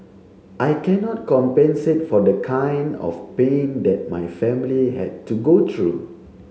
I cannot compensate for the kind of pain that my family had to go through